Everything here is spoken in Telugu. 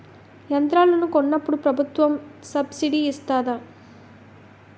యంత్రాలను కొన్నప్పుడు ప్రభుత్వం సబ్ స్సిడీ ఇస్తాధా?